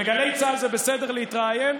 לגלי צה"ל זה בסדר להתראיין,